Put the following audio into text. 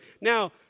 Now